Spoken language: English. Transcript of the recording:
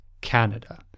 Canada